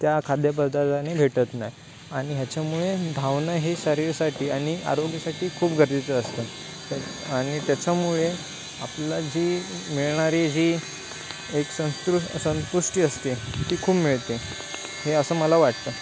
त्या खाद्यपदार्थाने भेटत नाही त्यातून आणि ह्याच्यामुळे भावना हे शरीरसाठी आणि आरोग्यसाठी खूप गरजेचं असतं आणि त्याच्यामुळे आपला जी मिळणारी जी एक संतरू संतुष्टी असते ती खूप मिळते हे असं मला वाटतं